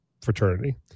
fraternity